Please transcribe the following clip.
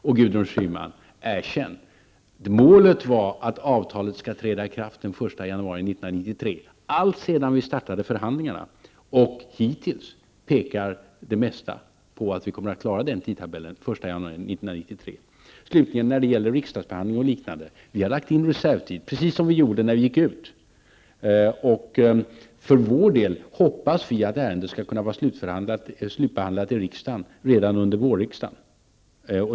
Och, Gudrun Schyman, erkänn: Målet var när vi startade förhandlingarna att avtalet skulle träda i kraft den 1 januari 1993. Hittills pekar det mesta på att vi kommer att klara den tidtabellen och vara klara den Slutligen vill jag när det gäller riksdagsbehandlingen och liknande säga att vi har lagt in reservtid, precis som vi gjorde när vi gick ut. För vår del hoppas vi att ärendet skall kunna slutbehandlas i riksdagen redan under vårriksdagen.